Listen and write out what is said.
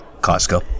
Costco